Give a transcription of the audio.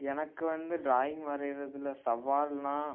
எனக்கு வந்து ட்ராயிங் வரையிரதில் சவால்னா